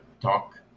talk